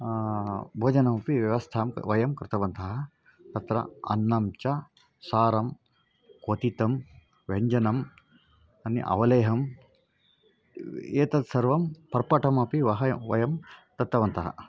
भोजनमपि व्यवस्थां वयं कृतवन्तः तत्र अन्नं च सारं क्वतितं व्यञ्जनम् अन्य अवलेहम् एतत् सर्वं पर्पटमपि वहयं वयं दत्तवन्तः